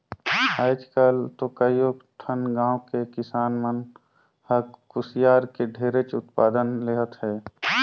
आयज काल तो कयो ठन गाँव के किसान मन ह कुसियार के ढेरेच उत्पादन लेहत हे